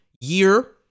year